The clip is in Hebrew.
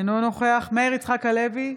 אינו נוכח מאיר יצחק הלוי,